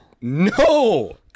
no